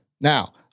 Now